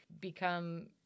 become